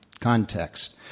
context